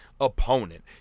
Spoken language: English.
opponent